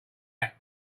hat